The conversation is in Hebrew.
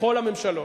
בכל הממשלות,